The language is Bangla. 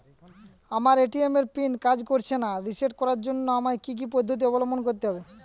আমার এ.টি.এম এর পিন কাজ করছে না রিসেট করার জন্য আমায় কী কী পদ্ধতি অবলম্বন করতে হবে?